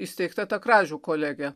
įsteigta ta kražių kolegija